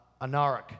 Anaric